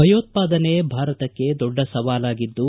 ಭಯೋತ್ಪಾದನೆ ಭಾರತಕ್ಕೆ ದೊಡ್ಡ ಸವಾಲಾಗಿದ್ದು